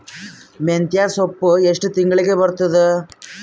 ಮೆಂತ್ಯ ಸೊಪ್ಪು ಎಷ್ಟು ತಿಂಗಳಿಗೆ ಬರುತ್ತದ?